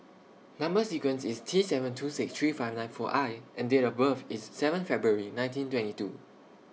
Number sequence IS T seven two six three five nine four I and Date of birth IS seven February nineteen twenty two